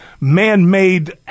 man-made